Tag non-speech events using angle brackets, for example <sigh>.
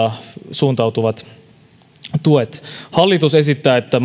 suuntautuvat tuet hallitus esittää että <unintelligible>